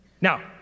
Now